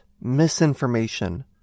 misinformation